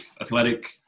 athletic